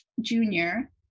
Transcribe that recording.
junior